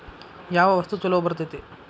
ಯಾವ ವಸ್ತು ಛಲೋ ಬರ್ತೇತಿ?